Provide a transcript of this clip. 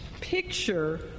picture